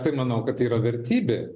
tai manau kad tai yra vertybė